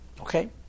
Okay